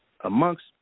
amongst